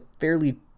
fairly